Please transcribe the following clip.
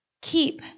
Keep